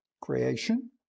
creation